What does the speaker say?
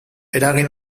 eragin